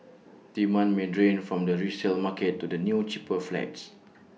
demand may drain from the resale market to the new cheaper flats